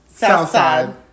Southside